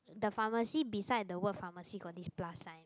the pharmacy beside the word pharmacy got this Plus sign